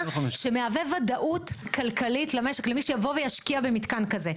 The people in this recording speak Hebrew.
שמהווה ודאות כלכלית למשק,